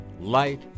light